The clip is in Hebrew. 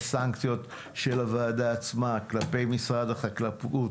יש סנקציות של הוועדה עצמה כלפי משרד החקלאות,